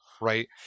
right